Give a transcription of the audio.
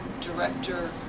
director